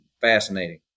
fascinating